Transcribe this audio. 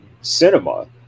cinema